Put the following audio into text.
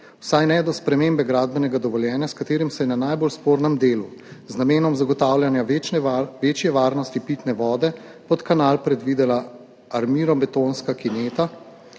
vsaj ne do spremembe gradbenega dovoljenja, s katerim se je na najbolj spornem delu z namenom zagotavljanja večje varnosti pitne vode pod kanal predvidela armiranobetonska kineta.